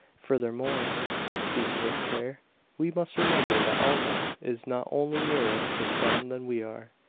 furthermore speaking with care we must remember that alma is not only nearer the sun than we are,